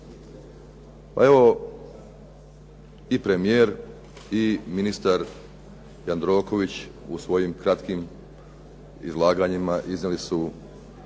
Pa evo i premijer i ministar Jandroković u svojim kratkim izlaganjima iznijeli su